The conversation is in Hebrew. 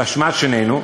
באשמת שנינו,